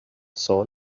saw